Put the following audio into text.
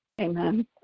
amen